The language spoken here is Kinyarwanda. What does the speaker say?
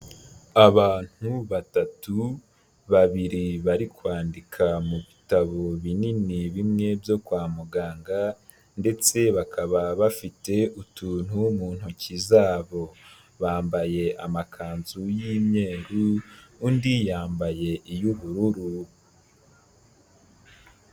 Abantu batatu babiri bari kwandika mu bitabo binini bimwe byo kwa muganga ndetse bakaba bafite utuntu mu ntoki zabo, bambaye amakanzu y'imyeru undi yambaye iy'ubururu.